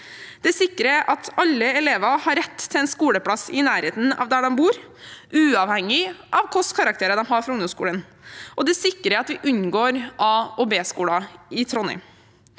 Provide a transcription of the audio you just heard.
Det sikrer at alle elever har rett til en skoleplass i nærheten av der de bor, uavhengig av hvilke karakterer de har fra ungdomsskolen, og det sikrer at vi unngår a- og bskoler i Trondheim.